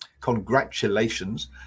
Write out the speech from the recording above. congratulations